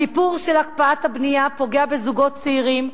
הסיפור של הקפאת הבנייה פוגע בזוגות צעירים,